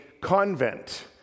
convent